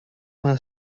vingt